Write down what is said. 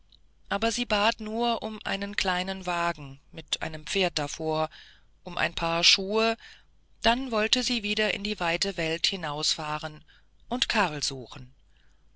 aber sie bat nur um einen kleinen wagen mit einem pferd davor und um ein paar schuhe dann wollte sie wieder in die weite welt hinausfahren und karl suchen